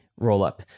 rollup